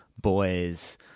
boys